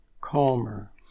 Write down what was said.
calmer